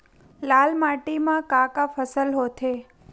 लाल माटी म का का फसल होथे?